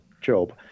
job